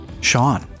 Sean